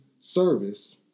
service